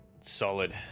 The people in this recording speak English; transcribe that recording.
Solid